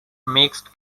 mixed